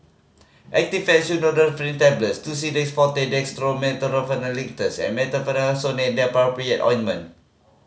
Actifed Tablets Tussidex Forte Dextromethorphan Linctus and Betamethasone Dipropionate Ointment